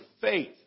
faith